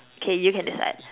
okay you can decide